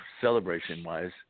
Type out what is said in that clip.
celebration-wise